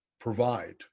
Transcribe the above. provide